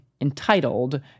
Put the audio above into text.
entitled